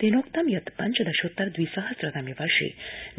तेनोक्तं यत् पञ्चदशोत्तर द्विसहस्रतमे वर्षे